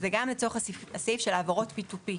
אלא גם לצורך הסעיף של העברות P2P,